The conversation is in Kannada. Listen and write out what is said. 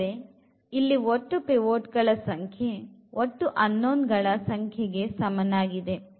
ಅಂದರೆ ಇಲ್ಲಿ ಒಟ್ಟು ಪಿವೊಟ್ ಗಳ ಸಂಖ್ಯೆ ಒಟ್ಟು unknown ಗಳ ಸಂಖ್ಯೆಗೆ ಸಮನಾಗಿದೆ